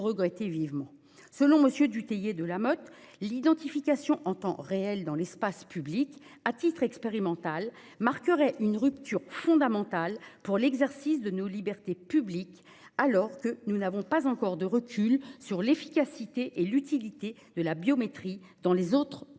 regrettons vivement. Selon M. Dutheillet de Lamothe, l'identification en temps réel dans l'espace public à titre expérimental marquerait « une rupture fondamentale pour l'exercice de nos libertés publiques, alors que nous n'avons pas encore de recul sur l'efficacité et l'utilité de la biométrie dans les autres cas